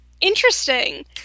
interesting